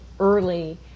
early